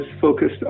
focused